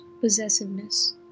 possessiveness